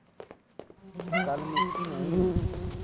कल्ल मिकी नेईं